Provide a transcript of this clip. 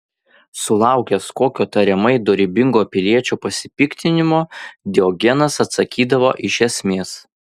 sulaukęs kokio tariamai dorybingo piliečio pasipiktinimo diogenas atsakydavo iš esmės